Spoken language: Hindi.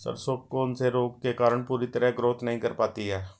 सरसों कौन से रोग के कारण पूरी तरह ग्रोथ नहीं कर पाती है?